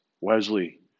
Wesley